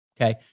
Okay